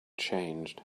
changed